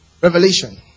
Revelation